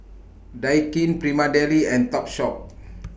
Daikin Prima Deli and Topshop